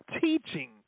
teaching